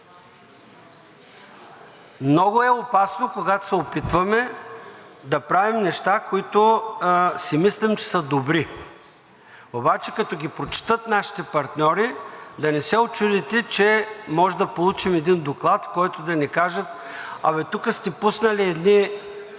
Много е опасно, когато се опитваме да правим неща, които си мислим, че са добри. Обаче като ги прочетат нашите партньори, да не се учудите, че може да получим един доклад, в който да ни кажат „а бе тук сте пуснали едни